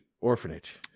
orphanage